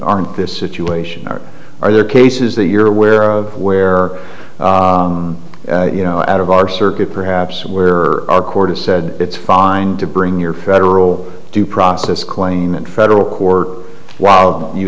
aren't this situation or are there cases that you're aware of where you know out of our circuit perhaps where our court has said it's fine to bring your federal due process claim in federal court while you